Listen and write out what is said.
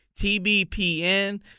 TBPN